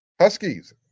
Huskies